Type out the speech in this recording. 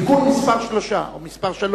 (תיקון מס' 3)